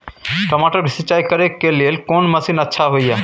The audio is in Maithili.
टमाटर के सिंचाई करे के लेल कोन मसीन अच्छा होय है